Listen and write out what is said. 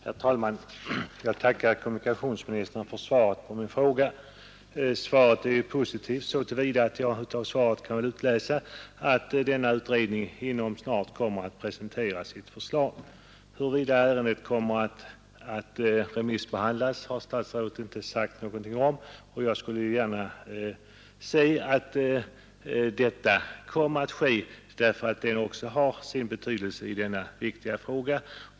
Herr talman! Jag tackar kommunikationsministern för svaret på min fråga. Svaret är ju positivt så till vida att jag av detsamma kan utläsa att bussbidragsutredningen inom kort kommer att presentera sitt förslag. Huruvida ärendet kommer att remissbehandlas har statsrådet inte sagt något om. Jag skulle mycket gärna se att så blir fallet, eftersom också det har sin betydelse i denna viktiga fråga.